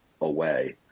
away